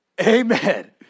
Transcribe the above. Amen